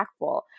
impactful